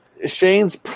Shane's